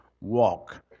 walk